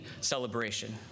celebration